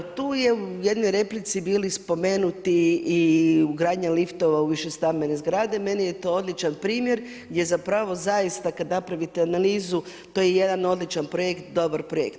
Tu su u jednoj replici bili spomenuti i ugradnja liftova u višestambene zgrade, meni je to odličan primjer gdje zapravo zaista kada napravite analizu to je jedan odličan projekt, dobar projekt.